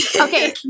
Okay